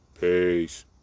Peace